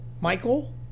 Michael